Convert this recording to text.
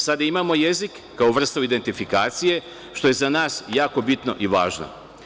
Sada imamo jezik kao vrstu identifikacije, što je za nas jako bitno i važno.